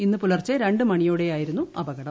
ഇന്ന് പുലർച്ചെ രണ്ട് മണിയോടെയായിരുന്നു അപകടം